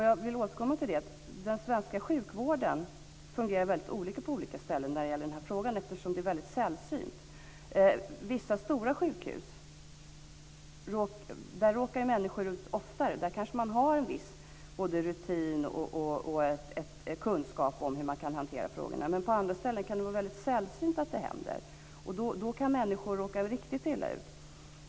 Jag vill återkomma till att den svenska sjukvården fungerar väldigt olika på olika ställen i de här sammanhangen, eftersom det här är väldigt sällsynt. På vissa stora sjukhus träffar man oftare på människor i denna situation och har kanske både en viss rutin och en viss kunskap om hur man kan hantera frågorna, men på andra ställen händer det mera sällan. Då kan människor råka riktigt illa ut.